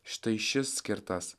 štai šis skirtas